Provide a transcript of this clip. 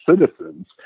citizens